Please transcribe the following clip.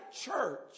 church